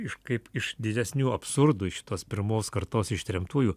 iš kaip iš didesnių absurdų iš šitos pirmos kartos ištremtųjų